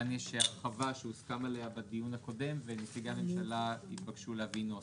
כאן יש הרחבה שהוסכם עליה בדיון הקודם ונציגי הממשלה התבקשו להביא נוסח,